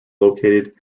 located